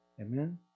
Amen